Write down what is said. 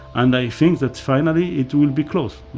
and i think that finally, it will be close,